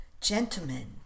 Gentlemen